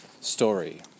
story